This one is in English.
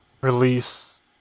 Release